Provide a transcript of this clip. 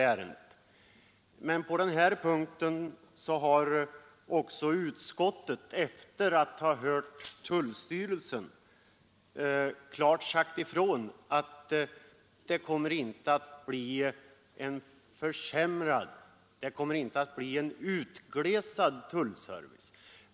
Men på den här punkten har utskottet, efter att ha hört tullstyrelsen, klart sagt ifrån att det inte kommer att bli någon utglesad tullservice.